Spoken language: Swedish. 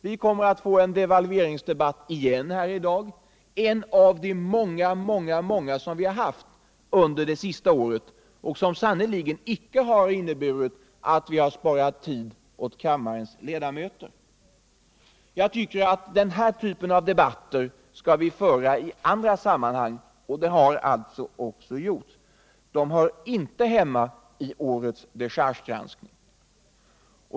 Vi kommer alltså att få en devalveringsdebatt i dag igen — en av de många som vi haft under det senaste året och som sannerligen inte inneburit att vi sparat tid åt kammarens ledamöter. Jag tycker att vi skall föra den här typen av debatter i andra sammanhang, och det har vi alltså också gjort. Dessa debatter hör inte hemma i årets dechargegranskning.